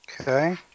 Okay